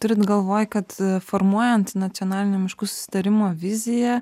turit galvoj kad formuojant nacionalinę miškų susitarimo viziją